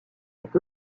est